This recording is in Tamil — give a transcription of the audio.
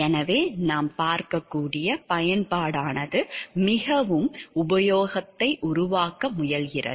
எனவே நாம் பார்க்கக்கூடிய பயன்பாடானது மிகவும் உபயோகத்தை உருவாக்க முயல்கிறது